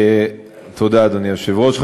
תודה, אדוני היושב-ראש.